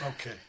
Okay